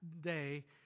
day